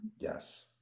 Yes